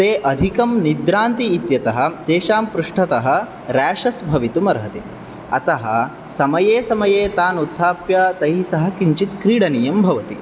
ते अधिकं निद्रान्ति इत्यतः तेषां पृष्ठतः रेशेस् भवितुम् अर्हति अतः समये समये तान् उत्थाप्य तै सः किञ्चित् कीडनीयं भवति